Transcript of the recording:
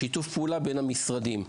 בשיתוף הפעולה בין המשרדים.